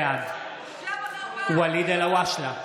בעד ואליד אלהואשלה,